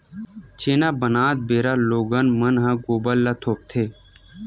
छेना बनात बेरा लोगन मन ह गोबर ल थोपथे